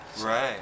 Right